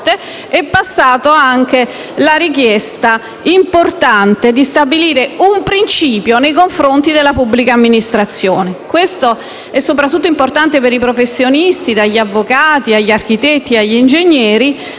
è passata anche la richiesta, importante, di stabilire un principio nei confronti della pubblica amministrazione. Questo è importante soprattutto per i professionisti (dagli avvocati agli architetti e agli ingegneri),